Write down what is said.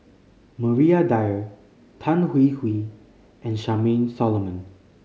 Maria Dyer Tan Hwee Hwee and Charmaine Solomon